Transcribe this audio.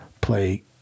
play